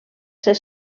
ser